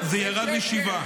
באמת.